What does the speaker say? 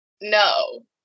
no